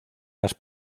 las